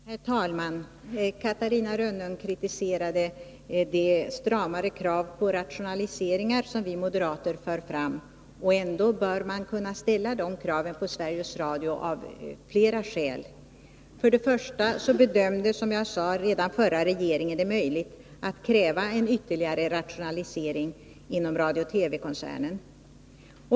Herr talman! Catarina Rönnung kritiserade de stramare krav på rationaliseringar som vi moderater för fram. Men man bör kunna ställa de kraven på Sveriges Radio av flera skäl. För det första bedömde redan den förra regeringen att det är möjligt att kräva en ytterligare rationalisering inom radio-TV-koncernen.